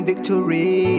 Victory